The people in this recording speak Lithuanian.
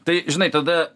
tai žinai tada